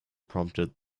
prompted